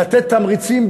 לתת תמריצים,